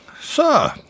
Sir